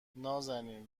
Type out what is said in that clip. نازنین